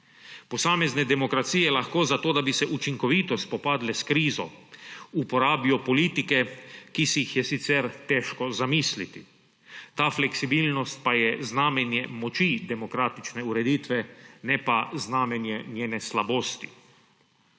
Posamezne demokracije lahko za to, da bi se učinkovito spopadle s krizo, uporabijo politike, ki si jih je sicer težko zamisliti. Ta fleksibilnost pa je znamenje moči demokratične ureditve, ne pa znamenje njene slabosti.